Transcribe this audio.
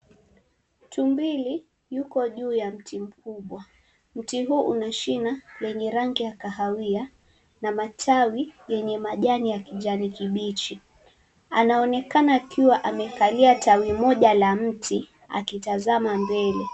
Tumbiri yuko juu ya mti mkubwa. Mti huu unashina lenye rangi ya kahawia na matawi yenye majani ya kijani kibichi. Anaonekana akiwa amekalia tawi moja la mti akitazama mbele.